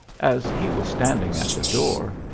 as he was standing at the door,